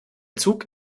zug